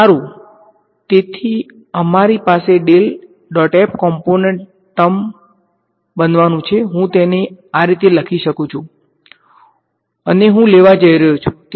સારું તેથી અમારી પાસે કોમ્પોનંટના ટર્મ બનવાનું છે હું તેને આ રીતે લખી શકું છું અને હું લેવા જઈ રહ્યો છું